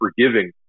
forgiving